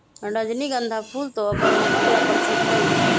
रजनीगंधा फूल तो अपन महक ला प्रसिद्ध हई